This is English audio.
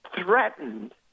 threatened